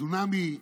צונאמי,